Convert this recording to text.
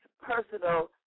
personal